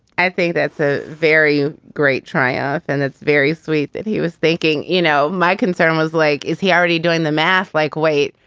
i think that's a very great triumph and that's very sweet that he was thinking, you know. my concern was like, is he already doing the math? like, wait,